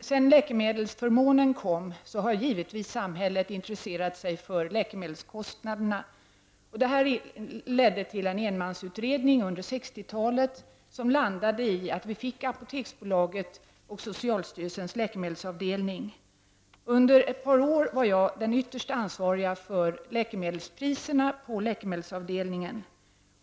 Sedan läkemedelsförmånen kom till har samhället givetvis intresserat sig för läkemedelskostnaderna. Detta ledde till en enmansutredning under 1960-talet, som utmynnade i att vi fick Apoteksbolaget och socialstyrelsens läkemedelsavdelning. Under ett par år var jag den ytterst ansvariga för läkemedelspriserna på läkemedelsavdelningen.